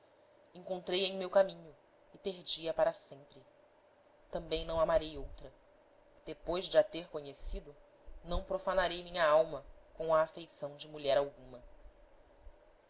encontrei-a em meu caminho e perdi a para sempre também não amarei outra depois de a ter conhecido não profanarei minha alma com a afeição de mulher alguma